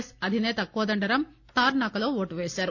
yes అధిసేత కోదండరామ్ తార్పా కలో ఓటు పేశారు